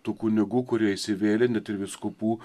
tų kunigų kurie įsivėlė net ir vyskupų